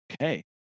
Okay